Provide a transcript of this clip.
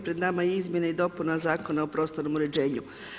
Pred nama su Izmjene i dopune Zakona o prostornom uređenju.